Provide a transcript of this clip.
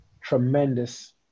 tremendous